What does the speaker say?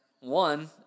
One